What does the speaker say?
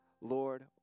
Lord